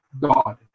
God